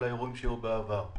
כל האירועים שהיו בעבר.